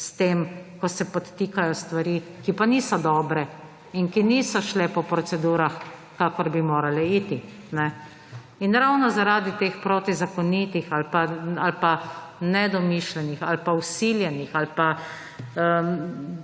s tem, ko se podtikajo stvari, ki pa niso dobre in ki niso šle po procedurah, kakor bi morale iti. Ravno zaradi teh protizakonitih ali pa nedomišljenih ali pa vsiljenih ali pa